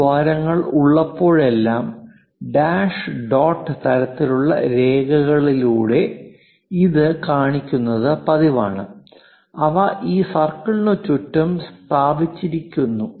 ഈ ദ്വാരങ്ങൾ ഉള്ളപ്പോഴെല്ലാം ഡാഷ് ഡോട്ട് തരത്തിലുള്ള രേഖകളിലൂടെ ഇത് കാണിക്കുന്നത് പതിവാണ് അവ ഈ സർക്കിളിന് ചുറ്റും സ്ഥാപിച്ചിരിക്കുന്നു